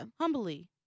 humbly